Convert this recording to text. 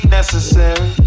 necessary